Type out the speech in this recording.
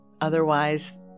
otherwise